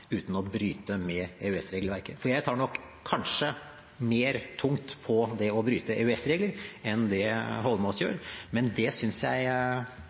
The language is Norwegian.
uten å bryte med EØS-regelverket. Jeg tar nok kanskje mer tungt på det å bryte EØS-regler enn det Eidsvoll Holmås gjør, men der synes jeg